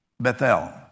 Bethel